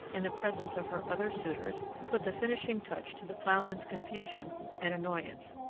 in the presence of her other suitors, put the finishing touch to the ploughman's confusion and annoyance.